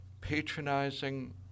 patronizing